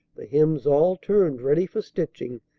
the hems all turned ready for stitching,